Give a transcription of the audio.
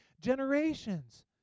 generations